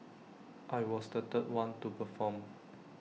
I was the third one to perform